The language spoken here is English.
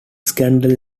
scandal